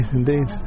indeed